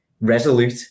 Resolute